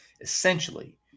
essentially